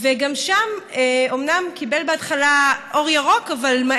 ואני